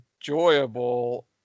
enjoyable